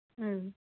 ꯎꯝ